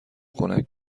خنک